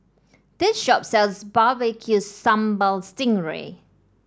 this shop sells Barbecue Sambal Sting Ray